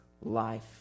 life